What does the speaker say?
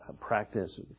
Practice